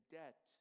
debt